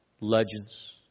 legends